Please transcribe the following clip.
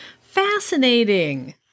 fascinating